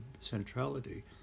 centrality